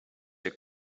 your